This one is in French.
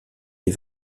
des